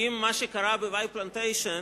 אם מה שקרה ב"וואי פלנטיישן"